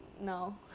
No